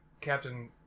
captain